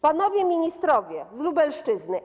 Panowie Ministrowie z Lubelszczyzny!